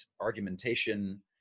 argumentation